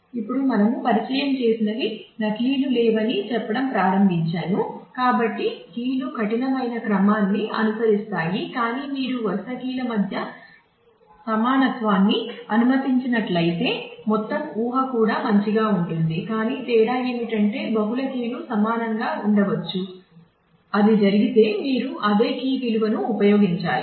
ఇప్పుడు మనము పరిచయం చేసినవి నకిలీలు అనుసరిస్తాయి కాని మీరు వరుస కీల మధ్య సమానత్వాన్ని అనుమతించినట్లయితే మొత్తం ఊహ కూడా మంచిగా ఉంటుంది కానీ తేడా ఏమిటంటే బహుళ కీలు సమానంగా ఉండవచ్చు అది జరిగితే మీరు అదే కీ విలువను ఉపయోగించాలి